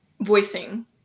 voicing